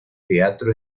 teatro